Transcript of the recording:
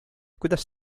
kuidas